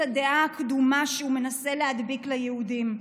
הדעה הקדומה שהוא מנסה להדביק ליהודים.